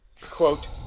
Quote